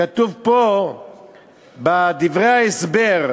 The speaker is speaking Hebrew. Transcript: כתוב פה בדברי ההסבר,